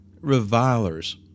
revilers